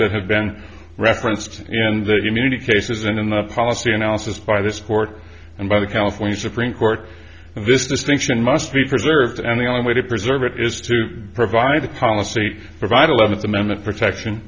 that have been referenced in the community cases and in the policy analysis by this court and by the california supreme court this distinction must be preserved and the only way to preserve it is to provide the policy provide a level of amendment protection